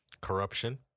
corruption